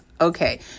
okay